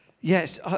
yes